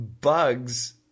bugs